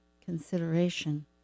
consideration